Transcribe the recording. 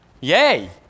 Yay